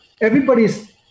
everybody's